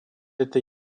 этой